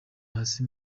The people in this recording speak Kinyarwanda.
hasi